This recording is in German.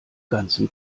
ganzen